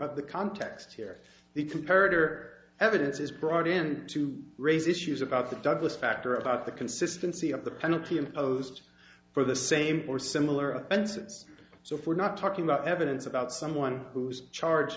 that the context here the comparator evidence is brought in to raise issues about the douglas factor about the consistency of the penalty imposed for the same or similar offenses so if we're not talking about evidence about someone who's charge